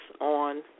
on